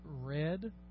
red